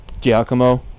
Giacomo